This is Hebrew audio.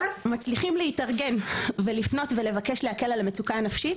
מצליחים להתארגן ולפנות ולבקש להקל על המצוקה הנפשית,